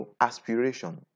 aspiration